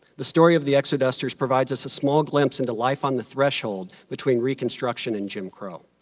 the story of the exodusters provides us a small glimpse into life on the threshold between reconstruction and jim crow.